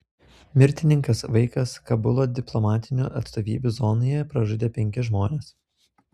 mirtininkas vaikas kabulo diplomatinių atstovybių zonoje pražudė penkis žmones